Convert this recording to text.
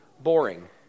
boring